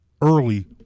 early